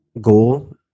goal